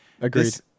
Agreed